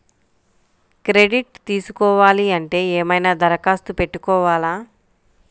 Credit తీసుకోవాలి అంటే ఏమైనా దరఖాస్తు పెట్టుకోవాలా?